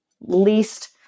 least